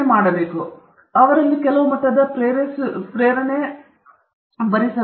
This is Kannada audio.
ಆದ್ದರಿಂದ ನೀವು ರೀಡರ್ನ ಕೆಲವು ಮಟ್ಟದ ಪ್ರೇರಿಸುವಿಕೆ ಮಾಡುತ್ತಿದ್ದೀರಿ ಆದ್ದರಿಂದ ನಾವು ನೋಡೋಣ